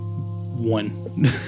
one